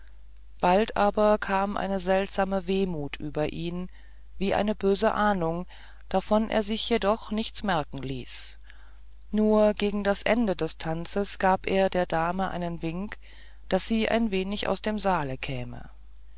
bald aber kam seltsame wehmut über ihn wie eine böse ahnung davon er sich jedoch nichts merken ließ nur gegen das ende des tanzes gab er der dame einen wink daß sie ein wenig aus dem saale käme